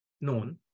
known